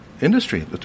industry